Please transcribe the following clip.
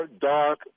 dark